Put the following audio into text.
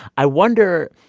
i wonder,